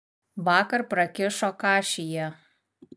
vakar prakišo kašį jie